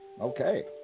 okay